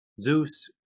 zeus